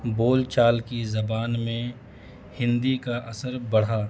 بول چال کی زبان میں ہندی کا اثر بڑھا